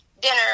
dinner